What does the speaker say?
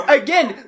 again